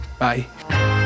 Bye